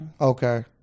Okay